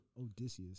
Odysseus